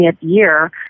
year